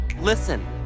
Listen